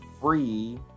free